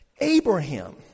Abraham